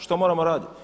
Što moramo raditi.